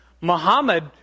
Muhammad